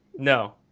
No